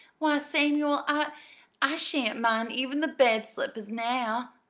why, samuel, i i shan't mind even the bed-slippers now,